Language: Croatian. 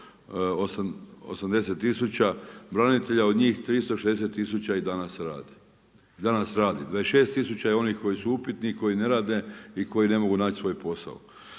480 tisuća branitelja, od njih 360 tisuća i danas radi. Danas radi. 26 tisuća je oni koji su upitni i koji ne rade i koji ne mogu naći svoj posao.